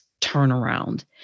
turnaround